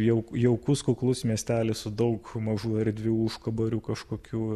jau jaukus kuklus miestelis su daug mažų erdvių užkaborių kažkokių